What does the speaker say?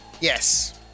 Yes